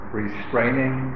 restraining